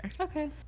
okay